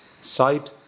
sight